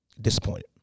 disappointed